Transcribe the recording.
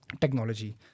technology